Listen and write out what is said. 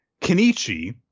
Kenichi